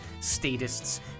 statists